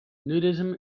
nudism